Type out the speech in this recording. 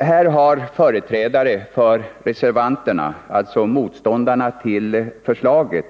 Här har nu företrädare för reservanterna, dvs. motståndarna till förslaget,